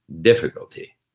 difficulty